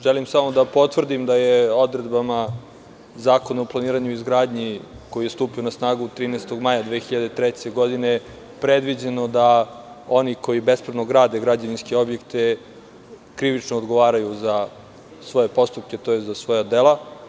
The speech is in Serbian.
Želim samo da potvrdim da je odredbama Zakona o planiranju i izgradnji koji je stupio 13. maja 2003. godine predviđeno da oni koji bespravno grade građevinske objekte krivično odgovaraju za svoje postupke, tj. za svoja dela.